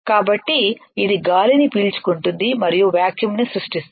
కాబట్టి ఇది గాలిని పీల్చుకుంటుంది మరియు వాక్యూంను సృష్టిస్తుంది